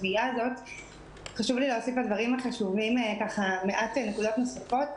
חשוב לי להוסיף לדברים החשובים מעט נקודות נוספות.